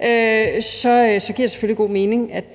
selvfølgelig god mening, at